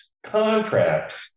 contract